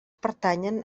pertanyen